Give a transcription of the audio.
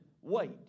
wait